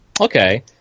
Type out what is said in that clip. Okay